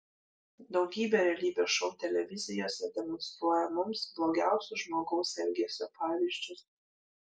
daugybė realybės šou televizijose demonstruoja mums blogiausius žmogaus elgesio pavyzdžius